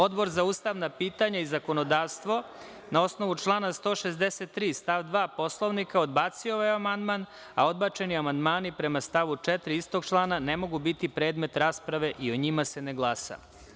Odbor za ustavna pitanja i zakonodavstvo, na osnovu člana 163. stav 2. Poslovnika, odbacio je ovaj amandman, a odbačeni amandmani, prema stavu 4. istog člana, ne mogu biti predmet rasprave i o njima se ne glasa.